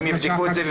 תכבדי אותנו.